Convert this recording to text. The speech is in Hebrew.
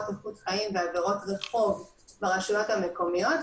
איכות חיים ועבירות רחוב ברשויות המקומיות,